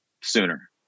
sooner